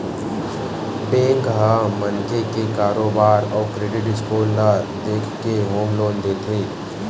bank ह मनखे के कारोबार अउ क्रेडिट स्कोर ल देखके होम लोन देथे